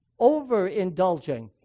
Overindulging